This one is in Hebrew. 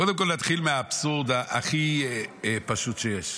קודם כול, נתחיל מהאבסורד הכי פשוט שיש: